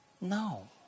no